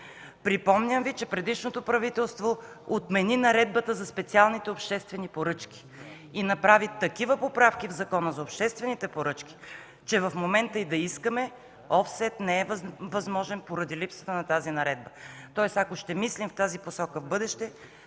Припомням Ви, че то отмени Наредбата за специалните обществени поръчки и направи такива поправки в Закона за обществените поръчки, че в момента и да искаме, офсет не е възможен поради липсата на такава наредба. Следователно ако ще мислим в тази посока в бъдеще,